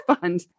Fund